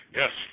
yes